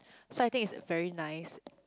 so I think is very nice